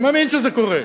אני מאמין שזה קורה,